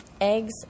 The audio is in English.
Eggs